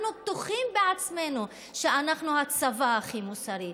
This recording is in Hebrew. אנחנו בטוחים בעצמנו שאנחנו הצבא הכי מוסרי.